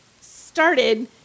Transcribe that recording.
started